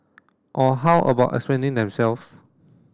or how about explaining themselves